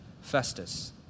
Festus